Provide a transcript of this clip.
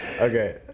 Okay